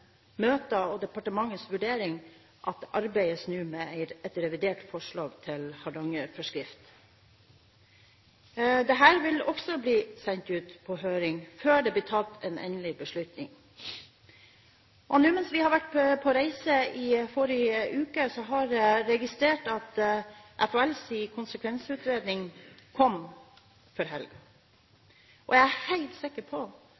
møter og departementets vurdering, arbeides det nå med et revidert forslag til Hardangerfjordforskrift. Dette vil også bli sendt på høring før det blir tatt en endelig beslutning. Nå, mens vi var på reise i forrige uke, har jeg registrert at FHLs konsekvensutredning kom før helgen, og jeg er helt sikker på